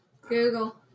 Google